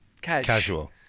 casual